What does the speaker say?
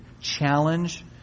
challenge